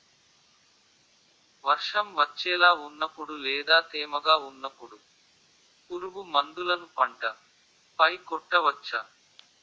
వర్షం వచ్చేలా వున్నపుడు లేదా తేమగా వున్నపుడు పురుగు మందులను పంట పై కొట్టవచ్చ?